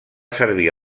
servir